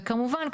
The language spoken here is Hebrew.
וכמובן,